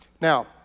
Now